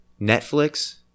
Netflix